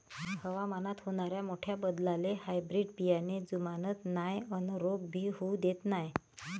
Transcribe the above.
हवामानात होनाऱ्या मोठ्या बदलाले हायब्रीड बियाने जुमानत नाय अन रोग भी होऊ देत नाय